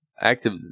active